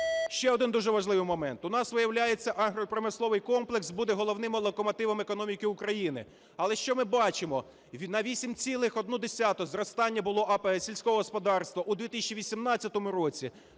Ще один дуже важливий момент. У нас, виявляється, агропромисловий комплекс буде головним локомотивом економіки України. Але що ми бачимо: на 8,1 зростання було АП сільського господарства у 2018 році,